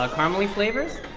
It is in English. ah caramel-y flavors.